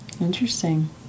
Interesting